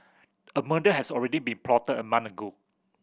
a murder has already been plotted a month ago